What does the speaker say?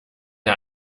der